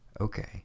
Okay